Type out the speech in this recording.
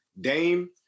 Dame